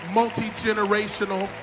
multi-generational